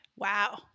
Wow